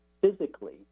physically